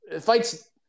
Fights